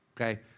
okay